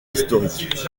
historiques